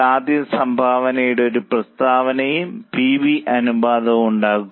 ആദ്യം സംഭാവനയുടെ ഒരു പ്രസ്താവനയും പി വി അനുപാതവും ഉണ്ടാക്കുക